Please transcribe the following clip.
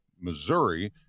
Missouri